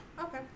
Okay